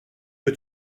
que